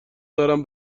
دارم